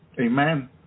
Amen